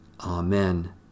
Amen